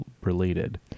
related